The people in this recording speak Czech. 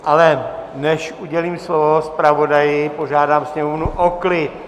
Ale než udělím slovo zpravodaji, požádám sněmovnu o klid!